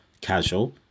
Casual